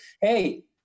hey